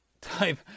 Type